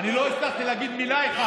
לא הצלחתי להגיד מילה אחת.